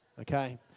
Okay